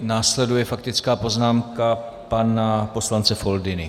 Následuje faktická poznámka pana poslance Foldyny.